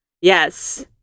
Yes